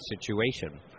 situation